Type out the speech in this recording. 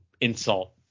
insult